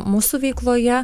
mūsų veikloje